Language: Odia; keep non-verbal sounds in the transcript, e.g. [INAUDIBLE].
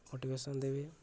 [UNINTELLIGIBLE] ଦେବି